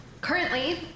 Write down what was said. Currently